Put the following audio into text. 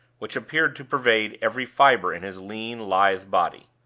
which appeared to pervade every fiber in his lean, lithe body.